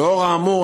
נוכח האמור,